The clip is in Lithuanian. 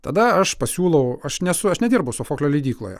tada aš pasiūlau aš nesu aš nedirbu sofoklio leidykloje